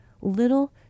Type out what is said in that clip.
little